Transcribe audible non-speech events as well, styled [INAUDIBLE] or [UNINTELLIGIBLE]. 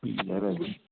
[UNINTELLIGIBLE]